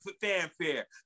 fanfare